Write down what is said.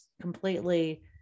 completely